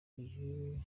uyu